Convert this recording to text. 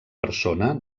persona